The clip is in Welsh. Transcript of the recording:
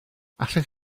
allech